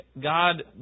God